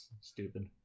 stupid